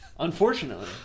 Unfortunately